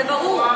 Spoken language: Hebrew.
זה ברור.